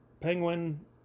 Penguin